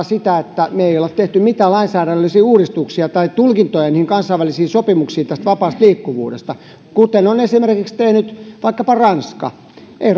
sitä että me emme ole tehneet mitään lainsäädännöllisiä uudistuksia tai tulkintoja niihin kansainvälisiin sopimuksiin tästä vapaasta liikkuvuudesta kuten on esimerkiksi tehnyt vaikkapa ranska ei